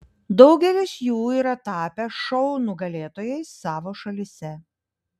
daugelis jų yra tapę šou nugalėtojais savo šalyse